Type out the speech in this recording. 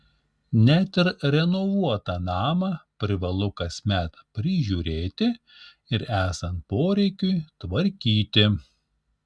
net ir renovuotą namą privalu kasmet prižiūrėti ir esant poreikiui tvarkyti